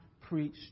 preach